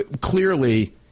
Clearly